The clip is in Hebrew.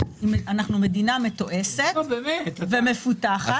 אנחנו מדינה מתועשת ומפותחת.